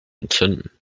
entzünden